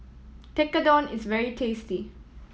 tekkadon is very tasty